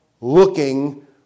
looking